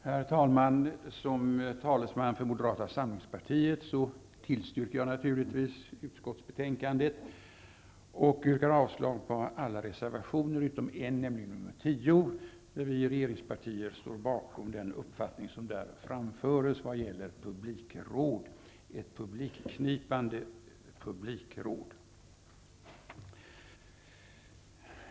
Herr talman! Som talesman för Moderata samlingspartiet yrkar jag naturligtvis bifall till utskottets hemställan och avslag på alla reservationer utom en, nämligen nr 10; vi regeringspartier står bakom den uppfattning som där framförs när det gäller publikråd -- ett publikknipande publikråd.